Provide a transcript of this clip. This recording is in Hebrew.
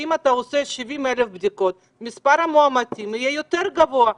שאם אתה עושה 70,000 בדיקות מספר המאומתים יהיה יותר גבוה.